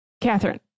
Catherine